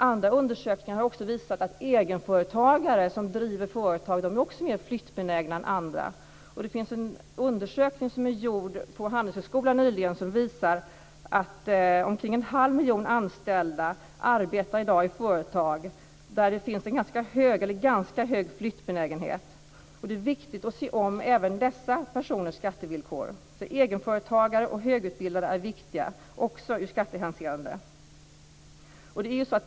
Andra undersökningar har också visat att egenföretagare är mer flyttbenägna än andra. Det finns en undersökning som gjordes på Handelshögskolan nyligen och som visar att omkring en halv miljon anställda i dag arbetar i företag där det finns en ganska hög flyttbenägenhet. Det är viktigt att se om även dessa personers skattevillkor. Egenföretagare och högutbildade är alltså viktiga också i skattehänseende.